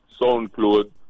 soundcloud